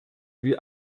wie